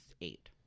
eight